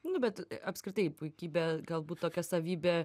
nu bet apskritai puikybė galbūt tokia savybė